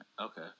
Okay